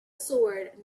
sword